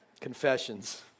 Confessions